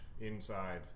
inside